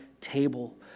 table